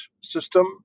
system